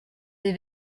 des